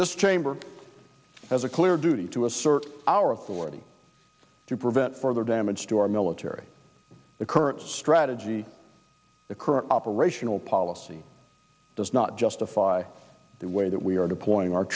this chamber has a clear duty to assert our authority to prevent further damage to our military the current strategy the current operational policy does not justify the way that we are deploying our